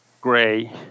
gray